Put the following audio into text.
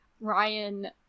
Ryan